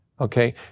Okay